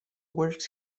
works